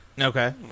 Okay